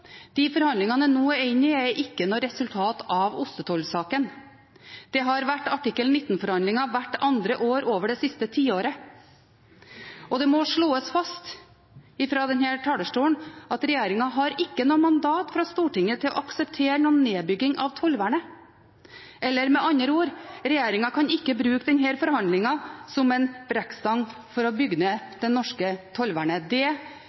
De forhandlingene vi nå er inne i, er ikke noe resultat av ostetollsaken. Det har vært artikkel 19-forhandlinger hvert annet år det siste tiåret. Det må slås fast fra denne talerstolen at regjeringen ikke har noe mandat fra Stortinget til å akseptere noen nedbygging av tollvernet, eller med andre ord: Regjeringen kan ikke bruke denne forhandlingen som en brekkstang for å bygge ned det norske tollvernet.